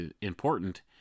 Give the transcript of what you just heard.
important